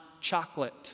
chocolate